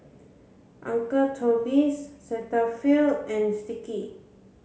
uncle Toby's Cetaphil and Sticky